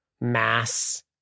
mass